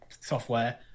software